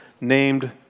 named